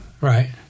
right